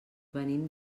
venim